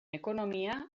ekonomia